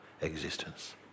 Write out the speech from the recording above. existence